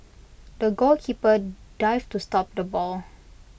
the goalkeeper dived to stop the ball